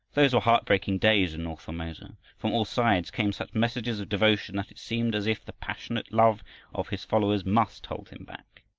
those were heart-breaking days in north formosa. from all sides came such messages of devotion that it seemed as if the passionate love of his followers must hold him back.